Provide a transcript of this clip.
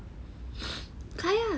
开 ah